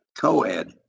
co-ed